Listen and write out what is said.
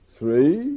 Three